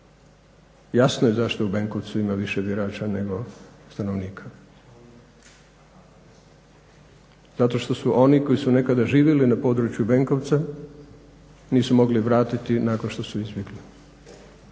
Jasno je zašto u Benkovcu ima više birača nego stanovnika. Zato što su oni koji su nekada živjeli na području Benkovca nisu mogli vratiti nakon što su izbjegli,